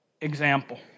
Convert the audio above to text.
example